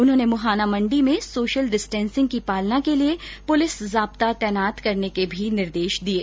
उन्होंने मुहाना मंण्डी में सोशल डिस्टेंसिंग की पालना के लिए पुलिस जाब्ता तैनात करने के भी निर्देश दिये